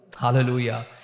Hallelujah